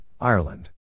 Ireland